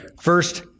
first